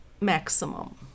Maximum